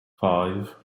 five